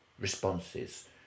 responses